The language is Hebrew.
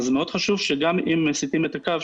אז מאוד חשוב שגם אם מסיטים את הקו,